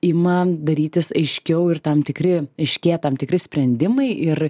ima darytis aiškiau ir tam tikri ryškėja tam tikri sprendimai ir